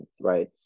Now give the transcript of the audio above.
right